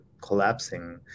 collapsing